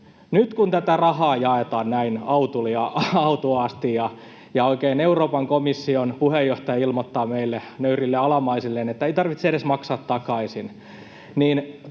nyt kun tätä rahaa jaetaan näin autuaasti ja oikein Euroopan komission puheenjohtaja ilmoittaa meille, nöyrille alamaisilleen, että ei tarvitse edes maksaa takaisin, niin